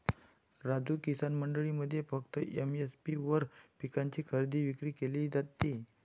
राजू, किसान मंडईमध्ये फक्त एम.एस.पी वर पिकांची खरेदी विक्री केली जाते